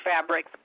fabric